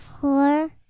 Four